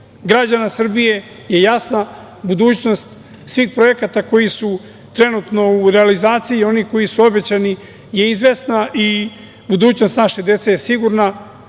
građana Srbije je jasna, budućnost svih projekata koji su trenutno u realizaciji i onih koji su obećani je izvesna i budućnost naše dece je sigurna.U